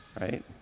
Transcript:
Right